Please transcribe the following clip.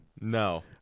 No